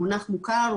הוא מונח מוכר,